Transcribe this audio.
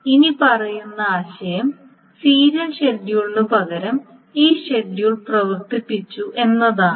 ഇനിപ്പറയുന്ന ആശയം സീരിയൽ ഷെഡ്യൂളിന് പകരം ഈ ഷെഡ്യൂൾ പ്രവർത്തിപ്പിച്ചു എന്നതാണ്